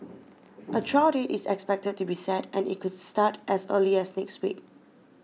a trial date is expected to be set and it could start as early as next week